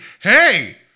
hey